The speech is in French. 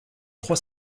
trois